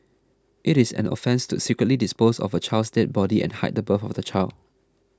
it is an offence to secretly dispose of a child's dead body and hide the birth of the child